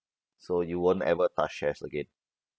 so you won't ever touch shares again